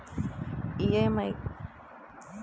EMI కట్టడం ఒక నెల పాటు వాయిదా వేయటం అవ్తుందా?